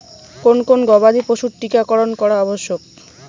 কোন কোন গবাদি পশুর টীকা করন করা আবশ্যক?